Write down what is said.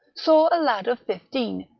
saw a lad of fifteen,